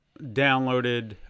downloaded